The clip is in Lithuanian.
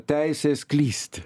teisės klysti